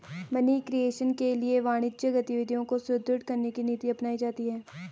money creation के लिए वाणिज्यिक गतिविधियों को सुदृढ़ करने की नीति अपनाई जाती है